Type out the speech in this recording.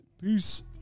Peace